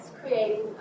creating